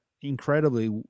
incredibly